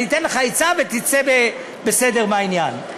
אני אתן לך עצה ותצא בסדר מהעניין.